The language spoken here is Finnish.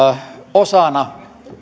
osana